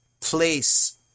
place